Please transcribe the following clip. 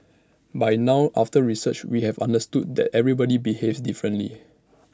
by now after research we have understood that everybody behaves differently